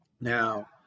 Now